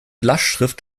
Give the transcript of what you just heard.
lastschrift